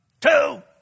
two